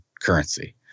currency